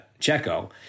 Checo